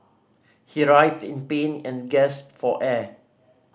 he writhed in pain and gasped for air